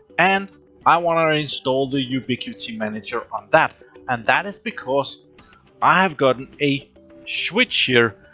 and i want to install the ubiquiti manager on that. and that is because i have got and a switch here.